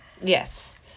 Yes